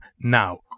now